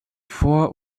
vor